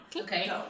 Okay